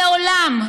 לעולם,